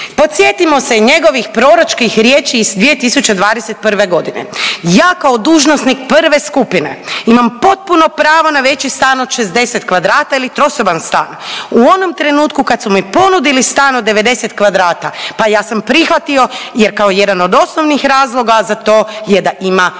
Podsjetimo se njegovih proročkih riječi iz 2021. godine. Ja kao dužnosnik prve skupine imam potpuno pravo na veći stan od 60 kvadrata ili trosoban stan, u onom trenutku kad su mi ponudili stan od 90 kvadrata pa ja sam prihvatio jer kao jedan od osnovnih razloga za to je da ima dvije